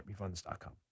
Getrefunds.com